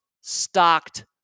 stocked